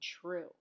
true